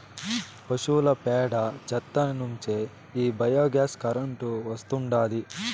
పశువుల పేడ చెత్త నుంచే ఈ బయోగ్యాస్ కరెంటు వస్తాండాది